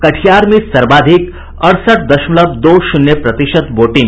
कटिहार में सर्वाधिक अड़सठ दशमलव दो शून्य प्रतिशत वोटिंग